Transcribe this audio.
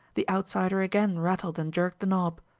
the outsider again rattled and jerked the knob.